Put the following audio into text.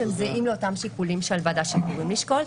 שהם זהים לאותם שיקולים של ועדת שחרורים לשקול.